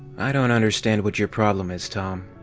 i don't understand what your problem is, tom.